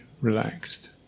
relaxed